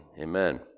amen